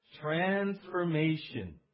Transformation